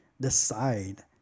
decide